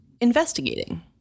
investigating